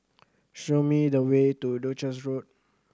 show me the way to Duchess Road